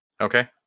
Okay